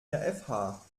der